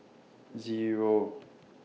Zero